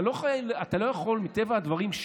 מטבע הדברים,